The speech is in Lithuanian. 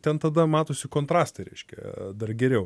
ten tada matosi kontrastai reiškia dar geriau